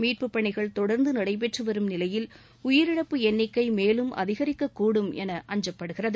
மீட்பு பணிகள் தொடா்ந்து நடைபெற்றுவரும் நிலையில் உயிரிழப்பு எண்ணிக்கை மேலும் அதிகரிக்கக்கூடும் என அஞ்சப்படுகிறது